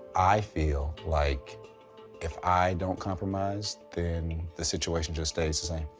i feel like if i don't compromise, then the situation just stays the same.